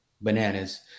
bananas